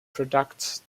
products